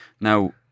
Now